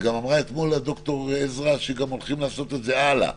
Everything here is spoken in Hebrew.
וגם אמרה אתמול לד"ר עזרא שגם הולכים לעשות את הלאה.